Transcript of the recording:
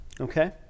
Okay